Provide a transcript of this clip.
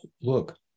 look